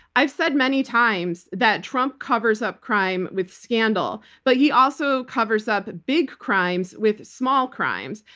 i've said many times that trump covers up crime with scandal, but he also covers up big crimes with small crimes.